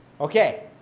Okay